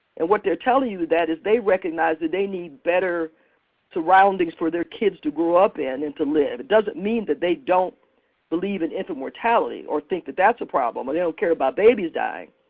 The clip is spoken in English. and what they're telling you that is that they recognize that they need better surroundings for their kids to grow up in and to live. it doesn't mean that they don't believe in infant mortality or think that that's a problem, they don't care about babies dying.